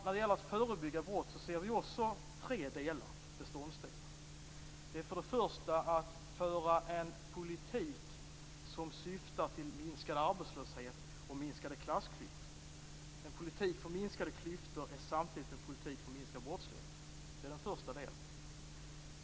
När det gäller att förebygga brott ser vi också tre beståndsdelar. För det första handlar det om att föra en politik som syftar till minskad arbetslöshet och minskade klassklyftor. En politik för minskade klyftor är samtidigt en politik för minskad brottslighet. Det är den första delen.